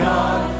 God